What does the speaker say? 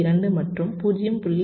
2 மற்றும் 0